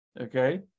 okay